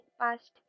past